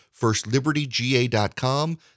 FirstLibertyGA.com